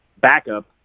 backup